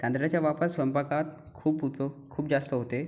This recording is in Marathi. तांदळाच्या वापर स्वयंपाकात खूप होतो खूप जास्त होते